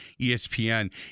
ESPN